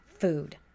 food